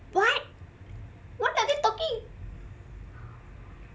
what what are they talking